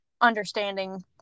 understanding